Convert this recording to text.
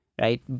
right